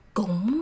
cũng